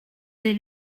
des